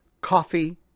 coffee